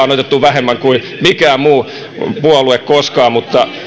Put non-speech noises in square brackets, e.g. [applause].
[unintelligible] on otettu vähemmän kuin mikään puolue koskaan mutta